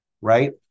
right